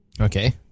Okay